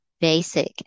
basic